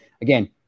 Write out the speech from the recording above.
Again